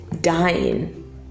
dying